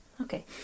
Okay